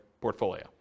portfolio